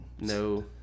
No